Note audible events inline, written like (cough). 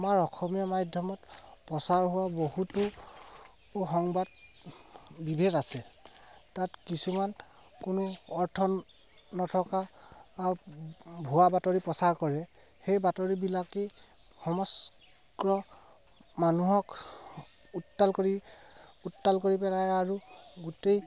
আমাৰ অসমীয়া মাধ্যমত প্ৰচাৰ হোৱা বহুতো সংবাদ বিভেদ আছে তাত কিছুমান কোনো অৰ্থ নথকা ভুৱা বাতৰি প্ৰচাৰ কৰে সেই বাতৰিবিলাকেই (unintelligible) মানুহক উত্তাল কৰি পেলায় আৰু গোটেই